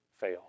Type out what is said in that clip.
fail